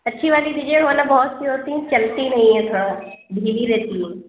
اچھی والی دیجیے گا ورنہ بہت سی ہوتی ہیں چلتی نہیں ہیں تھوڑا ڈھیلی رہتی ہیں